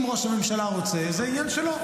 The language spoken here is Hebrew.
אם ראש הממשלה רוצה זה עניין שלו.